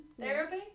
therapy